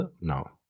No